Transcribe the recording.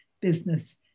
business